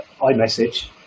iMessage